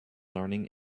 learning